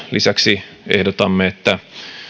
lisäksi ehdotamme että